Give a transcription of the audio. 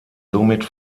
somit